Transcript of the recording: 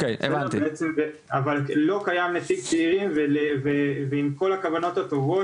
אבל נכון להיום לא קיים שם נציג צעירים ועם כל הכוונות הטובות,